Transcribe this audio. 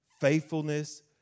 faithfulness